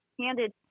handed